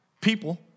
People